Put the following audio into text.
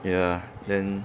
ya then